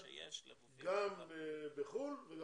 השר להשכלה גבוהה ומשלימה זאב אלקין: זה אתה צודק,